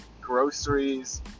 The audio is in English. groceries